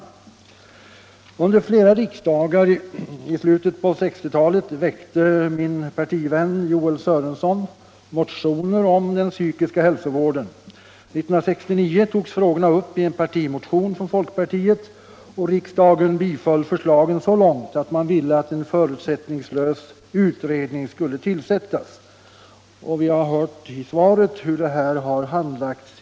Nr 54 Under flera riksdagar i slutet på 1960-talet väckte min partivän Joel Torsdagen den Sörenson motioner om den psykiska hälsovården. År 1969 togs frågorna 22 januari 1976 upp i en partimotion från folkpartiet. Riksdagen biföll förslagen så långt = att man ville att en förutsättningslös utredning skulle igångsättas. So Om begränsning av cialministern har nu i svaret redovisat hur den frågan har handlagts.